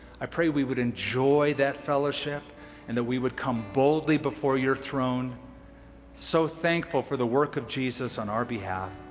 i pray we would enjoy that fellowship and that we would come boldly before your throne so thankful for the work of jesus on our behalf.